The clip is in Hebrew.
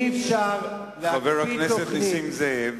חבר הכנסת נסים זאב,